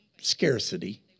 scarcity